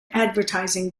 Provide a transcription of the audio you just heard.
advertising